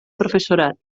professorat